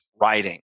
writing